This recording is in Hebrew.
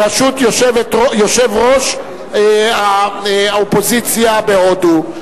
בראשות יושב-ראש האופוזיציה בהודו.